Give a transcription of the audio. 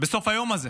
בסוף היום הזה.